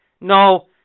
No